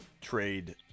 trade